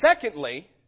secondly